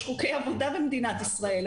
יש חוקי עבודה במדינת ישראל.